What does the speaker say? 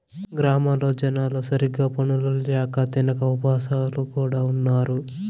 గ్రామాల్లో జనాలు సరిగ్గా పనులు ల్యాక తినక ఉపాసాలు కూడా ఉన్నారు